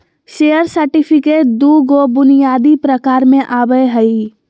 share certificate दू गो बुनियादी प्रकार में आवय हइ